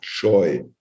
joy